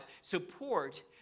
support